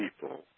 people